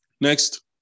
Next